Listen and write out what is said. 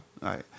right